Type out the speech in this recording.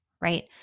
right